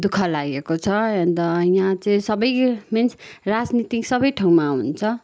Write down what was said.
दुखः लागेको छ अन्त यहाँ चाहिँ सबै मिन्स राजनीति सबै ठाउँमा हुन्छ